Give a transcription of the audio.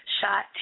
shot